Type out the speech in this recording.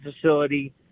facility